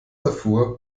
erfuhr